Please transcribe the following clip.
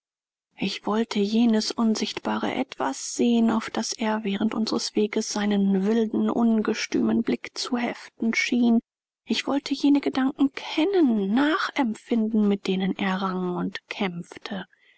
ich wollte jenes unsichtbare etwas sehen auf das er während unseres weges seinen wilden ungestümen blick zu heften schien ich wollte jene ge danken kennen nachempfinden mit denen er rang und kämpfte